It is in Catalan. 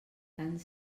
tant